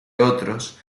otros